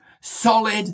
solid